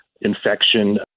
infection